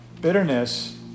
Bitterness